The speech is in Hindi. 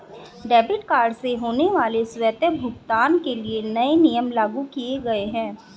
डेबिट कार्ड से होने वाले स्वतः भुगतान के लिए नए नियम लागू किये गए है